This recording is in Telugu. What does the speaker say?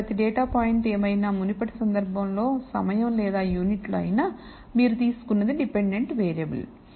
మరియు ప్రతి డేటా పాయింటు ఏమైనా మునుపటి సందర్భంలో సమయం లేదా యూనిట్లు అయినా మీరు తీసుకున్నది డిపెండెంట్ వేరియబుల్